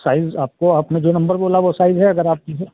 size आपको आपने जो नम्बर बोला वो साइज़ है अगर आप कहिए